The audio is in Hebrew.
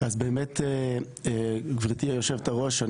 אז באמת גבירתי היושבת-ראש,